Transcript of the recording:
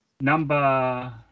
number